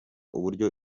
uburyo